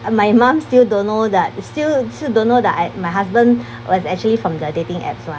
my mum still don't know that still still don't know that I my husband was actually from the dating apps one